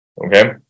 Okay